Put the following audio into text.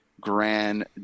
Grand